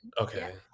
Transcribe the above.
Okay